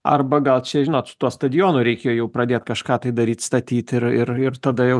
arba gal čia žinot su tuo stadionu reikėjo jau pradėt kažką tai daryt statyt ir ir tada jau